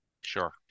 Sure